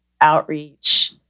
outreach